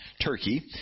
Turkey